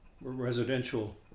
residential